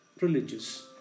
religious